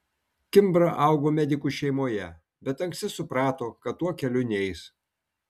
kimbra augo medikų šeimoje bet anksti suprato kad tuo keliu neis